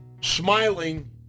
smiling